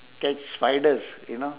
catch spiders you know